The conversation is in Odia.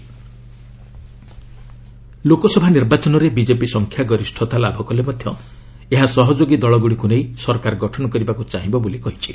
ରିଭ୍ ପିଏମ୍ ଲୋକସଭା ନିର୍ବାଚନରେ ବିଜେପି ସଂଖ୍ୟା ଗରିଷତା ଲାଭ କଲେ ମଧ୍ୟ ଏହା ସହଯୋଗୀ ଦଳଗୁଡ଼ିକୁ ନେଇ ସରକାର ଗଠନ କରିବାକୁ ଚାହିଁବ ବୋଲି କହିଛି